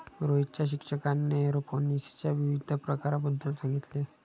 रोहितच्या शिक्षकाने एरोपोनिक्सच्या विविध प्रकारांबद्दल सांगितले